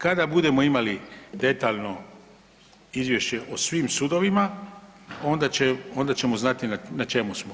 Kada budemo imali detaljno izvješće o svim sudovima onda ćemo znati na čemu smo.